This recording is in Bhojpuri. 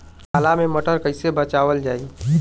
पाला से मटर कईसे बचावल जाई?